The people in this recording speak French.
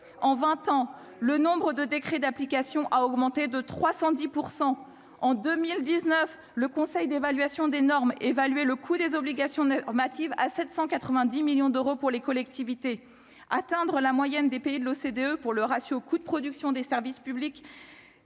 en 20 ans le nombre de décrets d'application, a augmenté de 310 pour 100 en 2019, le Conseil d'évaluation des normes évaluer le coût des obligations normative à 790 millions d'euros pour les collectivités, atteindre la moyenne des pays de l'OCDE pour le ratio coût de production des services publics